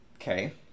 okay